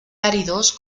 áridos